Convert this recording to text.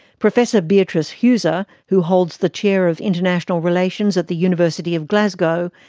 professor beatrice heuser, who holds the chair of international relations at the university of glasgow,